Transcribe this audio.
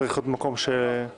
אני